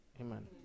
Amen